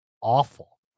awful